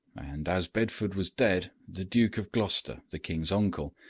and, as bedford was dead, the duke of gloucester, the king's uncle,